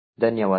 ಧನ್ಯವಾದ